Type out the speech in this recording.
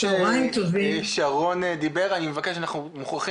אנחנו רואים